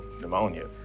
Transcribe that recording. pneumonia